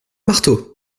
marteau